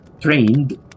trained